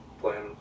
playing